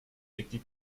sticky